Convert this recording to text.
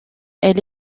elle